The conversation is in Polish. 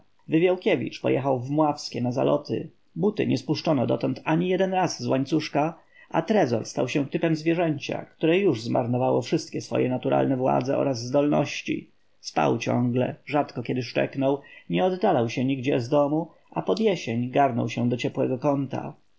wywiałkiewicz pojechał w mławskie na zaloty buty nie spuszczono dotąd ani jeden raz z łańcuszka a trezor stał się typem zwierzęcia które już zmarnowało wszystkie swoje naturalne władze oraz zdolności spał ciągle rzadko kiedy szczeknął nie oddalał się nigdzie z domu a pod jesień garnął się do ciepłego kąta